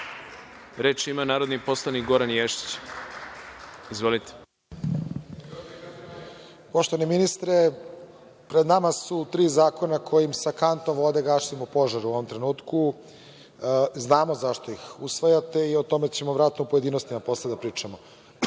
ima narodni poslanik Goran Ješić. Izvolite. **Goran Ješić** Poštovani ministre, pred nama su tri zakona kojim sa kantom ovde gasimo požar u ovom trenutku. Znamo zašto ih usvajate i o tome ćemo verovatno u pojedinostima posebno da pričamo. Moje